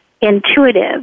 intuitive